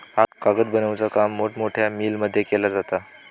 कागद बनवुचा काम मोठमोठ्या मिलमध्ये केला जाता